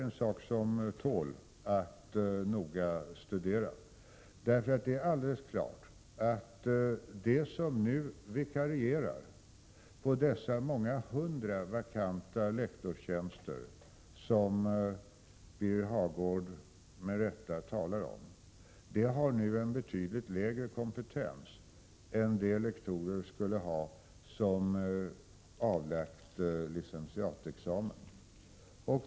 Det här tål att noga studera. Det är nämligen alldeles klart att de som nu vikarierar på dessa många hundra vakanta lektorstjänster som Birger Hagård med rätta talar om har en betydligt lägre kompetens än de lektorer skulle ha som avlagt licentiatexamen.